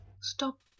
stop